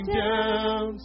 down